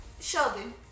Sheldon